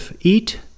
eat